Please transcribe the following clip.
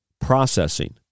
processing